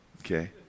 Okay